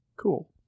Cool